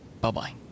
bye-bye